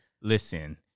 listen